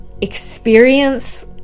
experience